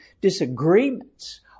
disagreements